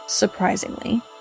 Surprisingly